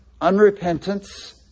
unrepentance